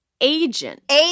agent